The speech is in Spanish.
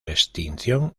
extinción